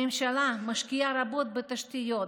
הממשלה משקיעה רבות בתשתיות,